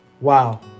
Wow